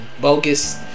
bogus